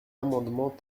amendement